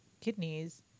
kidneys